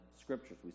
scriptures